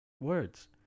Words